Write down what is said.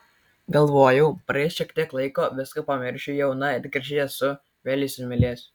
galvojau praeis šiek tiek laiko viską pamiršiu jauna ir graži esu vėl įsimylėsiu